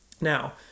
Now